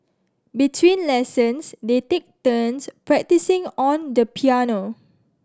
between lessons they take turns practising on the piano